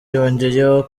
yongeyeho